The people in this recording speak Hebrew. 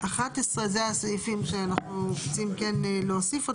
זה הסעיפים שאנחנו רוצים כן להוסיף אותם.